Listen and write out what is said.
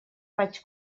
vaig